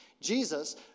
Jesus